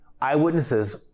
Eyewitnesses